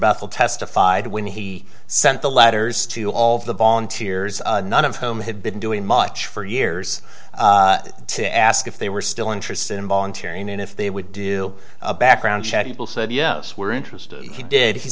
buffle testified when he sent the letters to all of the volunteers none of whom had been doing much for years to ask if they were still interested in volunteering and if they would do a background check people said yes we're interested he did he